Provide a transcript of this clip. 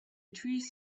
trees